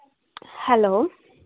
hello